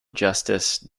justice